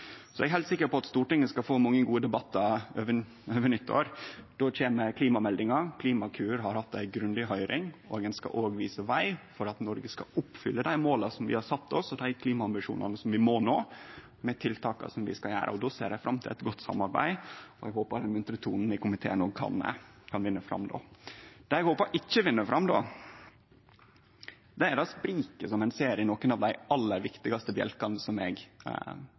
Så eg er heilt sikker på at Stortinget skal få mange gode debattar over nyttår. Då kjem klimameldinga. Klimakur har hatt ei grundig høyring, og ein skal òg vise veg for at Noreg skal oppfylle dei måla vi har sett oss, og dei klimaambisjonane vi må nå, med dei tiltaka vi skal setje i verk. Då ser eg fram til eit godt samarbeid, og eg håpar den muntre tonen i komiteen òg kan vinne fram då. Det eg håpar ikkje vinn fram då, er det spriket som ein ser i nokre av dei aller viktigaste bjelkane som eg